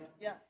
Yes